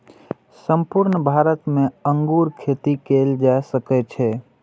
संपूर्ण भारत मे अंगूर खेती कैल जा सकै छै